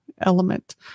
element